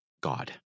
God